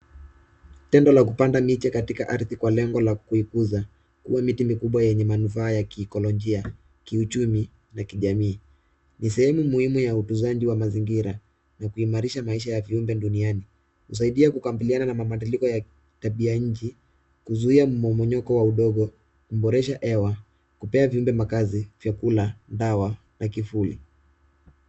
Tendo la kupanda miti katika ardhi kwa lengo la kuikuza kuwa miti mikubwa yenyemanufaa ya kiekologia kiuchumi na kijamii, ni sehemu muhimu ya utuzaji wa mazingira na kuimarisha maisha ya viumbe duniani ,husaidia kukabiliana na mabadiliko ya tabuu ya nchi, kuzuia mmomomyoko wa udongo, kuboresha hewa, kupea viumbe makaazi, vyakula, dawa na kivuli.